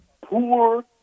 poor